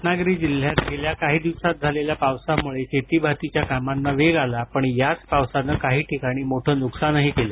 रत्नागिरी जिल्ह्यात गेल्या काही दिवसात झालेल्या पावसामुळे शेतीभातीच्या कामांना वेग आला पण याच पावसानं काही ठिकाणी मोठ नुकसानही केलं